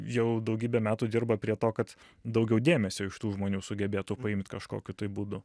jau daugybę metų dirba prie to kad daugiau dėmesio iš tų žmonių sugebėtų paimt kažkokiu būdu